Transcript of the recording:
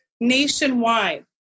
nationwide